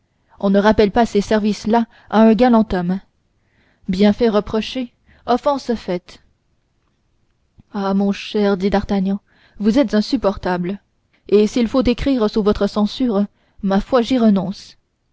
on ne rappelle pas ces services là à un galant homme bienfait reproché offense faite ah mon cher dit d'artagnan vous êtes insupportable et s'il faut écrire sous votre censure ma foi j'y renonce